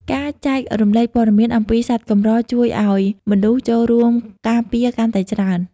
ការចែករំលែកព័ត៌មានអំពីសត្វកម្រ ជួយឱ្យមនុស្សចូលរួមការពារកាន់តែច្រើន។